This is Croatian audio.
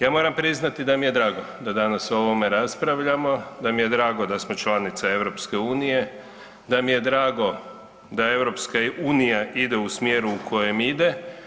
Ja moram priznati da mi je drago da danas o ovome raspravljamo, da mi je drago da smo članica EU, da mi je drago da EU ide u smjeru u kojem ide.